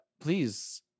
please